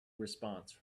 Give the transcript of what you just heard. response